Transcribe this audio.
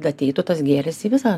kad eitų tas gėris į visą